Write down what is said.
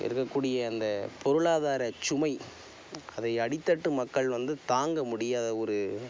இருக்கக்கூடிய அந்தப் பொருளாதாரச்சுமை அதை அடித்தட்டு மக்கள் வந்து தாங்க முடியாத ஒரு